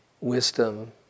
wisdom